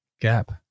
gap